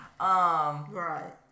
Right